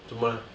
做么 leh